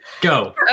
go